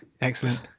Excellent